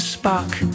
spark